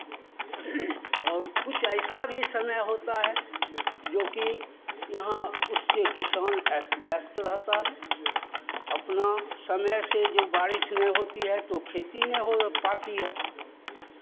और कुछ ऐसा भी समय होता है जोकि यहाँ उससे किसान अस्त व्यस्त रहता है अपना समय से जो बारिश नहीं होती है तो खेती नहीं हो पाती है